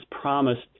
promised